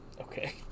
Okay